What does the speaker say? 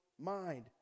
mind